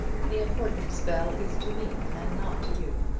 the importance, bel, is to me, and not to you,